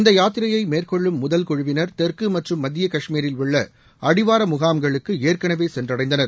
இந்த யாத்திரையை மேற்கொள்ளும் முதல் குழுவினர் தெற்கு மற்றும் மத்திய காஷ்மீரில் உள்ள அடிவார முகாம்களுக்கு ஏற்கனவே சென்றடைந்தனர்